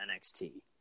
NXT